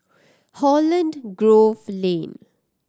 Holland Grove Lane